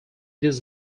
this